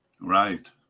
Right